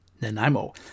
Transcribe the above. nanaimo